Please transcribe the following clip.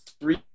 three